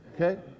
okay